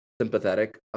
sympathetic